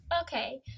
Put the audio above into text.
Okay